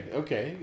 okay